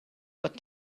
what